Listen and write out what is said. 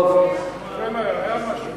כן היה, היה משהו.